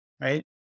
right